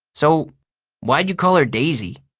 so why'd you call her daisy?